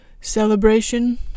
celebration